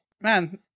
Man